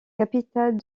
capitale